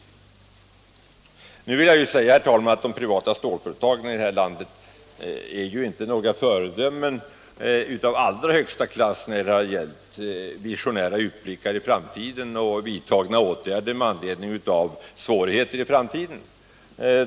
Jag vill hålla med om, herr talman, att de privata stålföretagen här i landet inte varit några föredömen av allra högsta klass när det gällt visionära utblickar och vidtagna åtgärder med anledning av eventuella svårigheter i framtiden.